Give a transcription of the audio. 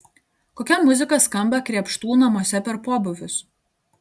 kokia muzika skamba krėpštų namuose per pobūvius